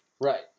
Right